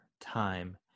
time